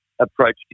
Approach